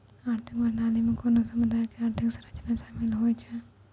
आर्थिक प्रणाली मे कोनो समुदायो के आर्थिक संरचना शामिल होय छै